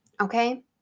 okay